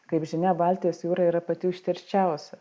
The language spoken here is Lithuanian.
kaip žinia baltijos jūra yra pati užterščiausia